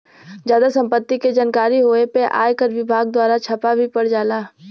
जादा सम्पत्ति के जानकारी होए पे आयकर विभाग दवारा छापा भी पड़ जाला